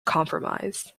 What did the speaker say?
compromise